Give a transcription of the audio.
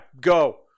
go